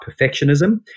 perfectionism